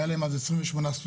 היה להם אז 28 סטודנטים.